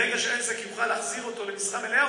ברגע שהעסק יוכל להחזיר אותו למשרה מלאה,